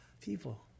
people